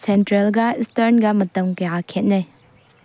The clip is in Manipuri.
ꯁꯦꯟꯇ꯭ꯔꯦꯜꯒ ꯏꯁꯇ꯭ꯔꯟꯒ ꯃꯇꯝ ꯀꯌꯥ ꯈꯦꯠꯅꯩ